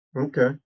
Okay